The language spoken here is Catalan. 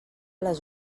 les